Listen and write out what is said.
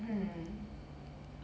mm